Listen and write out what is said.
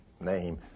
name